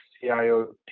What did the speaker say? CIO